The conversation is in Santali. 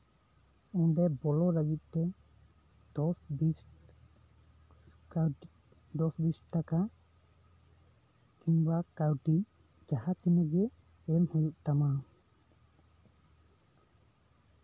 ᱚᱱᱰᱮ ᱵᱚᱞᱚ ᱞᱟᱹᱜᱤᱫᱛᱮ ᱫᱚᱥ ᱵᱤᱥ ᱠᱟᱹᱣᱰᱤ ᱫᱚᱥ ᱵᱤᱥ ᱴᱟᱠᱟ ᱠᱤᱢᱵᱟ ᱠᱟᱹᱣᱰᱤ ᱡᱟᱦᱟᱸ ᱛᱤᱱᱟᱹᱜ ᱜᱮ ᱮᱢ ᱦᱩᱭᱩᱜ ᱛᱟᱢᱟ